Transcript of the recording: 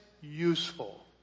useful